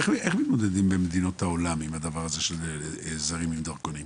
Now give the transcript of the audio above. איך מתמודדים בעולם עם הנושא הזה של זרים עם דרכונים?